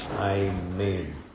Amen